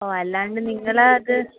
ഓ അല്ലാണ്ട് നിങ്ങൾ അത്